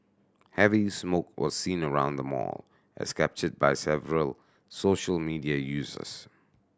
heavy smoke was seen around the mall as captured by several social media users